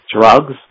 drugs